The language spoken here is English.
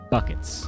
Buckets